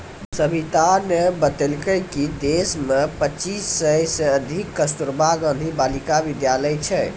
सविताने बतेलकै कि देश मे पच्चीस सय से अधिक कस्तूरबा गांधी बालिका विद्यालय छै